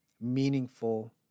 meaningful